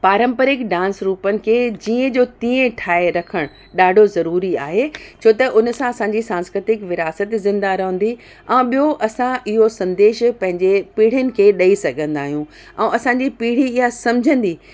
पारंपरिक डांस रूपनि खे जीअं जो तीअं ठाहे रखणु ॾाढो ज़रूरी आहे छो त उन सां असांजी सांस्कृतिक विरासत ज़िंदा रहंदी ऐं ॿियो असां इहो संदेश पंहिंजे पीढ़ीयुनि खे ॾेई सघंदा आहियूं ऐं असांजी पीढ़ी इहा सम्झंदी